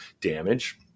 damage